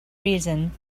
reason